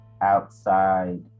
outside